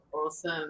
Awesome